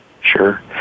Sure